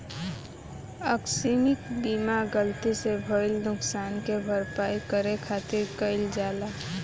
आकस्मिक बीमा गलती से भईल नुकशान के भरपाई करे खातिर कईल जाला